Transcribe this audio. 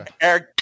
Eric